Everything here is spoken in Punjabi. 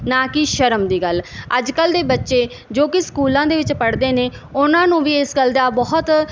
ਨਾ ਕਿ ਸ਼ਰਮ ਦੀ ਗੱਲ ਅੱਜ ਕੱਲ੍ਹ ਦੇ ਬੱਚੇ ਜੋ ਕਿ ਸਕੂਲਾਂ ਦੇ ਵਿੱਚ ਪੜ੍ਹਦੇ ਨੇ ਉਹਨਾਂ ਨੂੰ ਵੀ ਇਸ ਗੱਲ ਦਾ ਬਹੁਤ